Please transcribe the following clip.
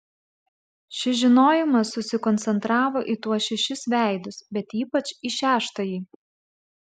šis žinojimas susikoncentravo į tuos šešis veidus bet ypač į šeštąjį